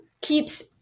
keeps